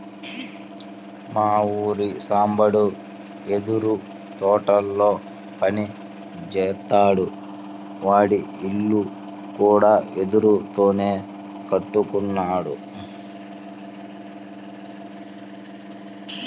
మా ఊరి సాంబడు వెదురు తోటల్లో పని జేత్తాడు, వాడి ఇల్లు కూడా వెదురుతోనే కట్టుకున్నాడు